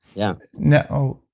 yeah. now,